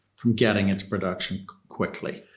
from getting into production quickly?